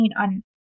on